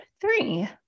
three